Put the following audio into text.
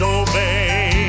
obey